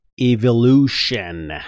evolution